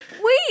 Wait